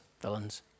villains